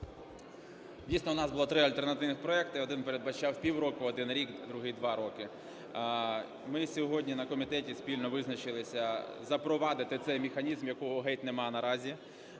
Дійсно, у нас було три альтернативних проекти, один передбачав півроку, один – рік, другий – два роки. Ми сьогодні на комітеті спільно визначилися запровадити цей механізм, якого геть нема наразі,